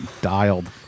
Dialed